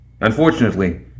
Unfortunately